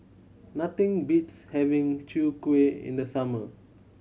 nothing beats having Chwee Kueh in the summer